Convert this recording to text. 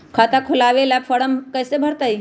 खाता खोलबाबे ला फरम कैसे भरतई?